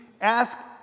ask